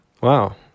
Wow